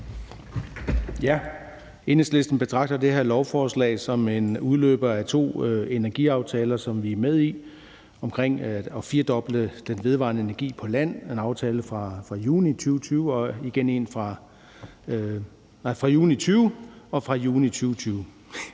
Enhedslisten betragter det her lovforslag som en udløber af to energiaftaler, som vi er med i, omkring at firedoble den vedvarende energi på land – en aftale fra juni 2020 og en fra juni 2022.